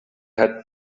had